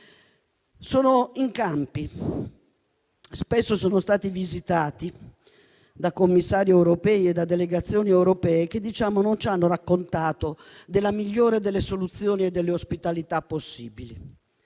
trovano in campi, spesso sono stati visitati da commissari europei e da delegazioni europee che non ci hanno raccontato della migliore delle soluzioni e delle ospitalità possibili.